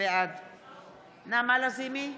בעד נעמה לזימי,